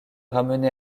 ramené